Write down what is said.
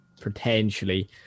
potentially